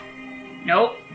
Nope